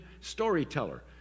storyteller